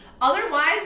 Otherwise